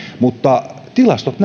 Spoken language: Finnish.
mutta tilastot